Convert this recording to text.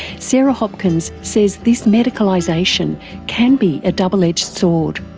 sarah hopkins says this medicalisation can be a double-edged sword.